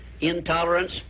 intolerance